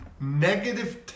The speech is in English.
negative